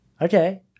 Okay